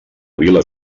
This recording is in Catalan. vila